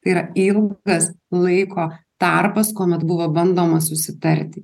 tai yra ilgas laiko tarpas kuomet buvo bandoma susitarti